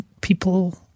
people